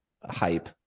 hype